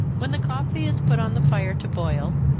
when the coffee is put on the fire to boil,